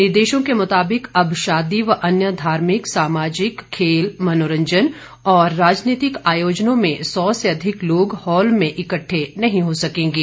निर्देशों के मुताबिक अब शादी व अन्य धार्मिक सामाजिक खेल मनोरंजन और राजनीतिक आयोजनों में सौ से अधिक लोग हॉल में इकट्ठे नहीं हो सकेंगे